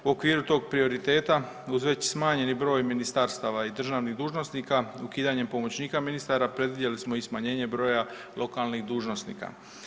U okviru tog prioriteta uz već smanjeni broj ministarstava i državnih dužnosnika, ukidanjem pomoćnika ministara predvidjeli smo i smanjenje broja lokalnih dužnosnika.